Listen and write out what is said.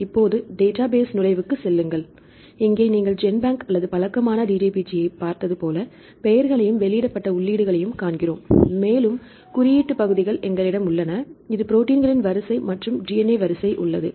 இப்போது டேட்டாபேஸ் நுழைவுக்குச் செல்லுங்கள் இங்கே நீங்கள் ஜென்பேங்க் அல்லது பழக்கமான DDBJ ஐப் பார்த்தது போல பெயர்களையும் வெளியிடப்பட்ட உள்ளீடுகளையும் காண்கிறோம் மேலும் குறியீட்டு பகுதிகள் எங்களிடம் உள்ளன இது ப்ரோடீன்களின் வரிசை மற்றும் DNA வரிசை உள்ளது